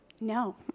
No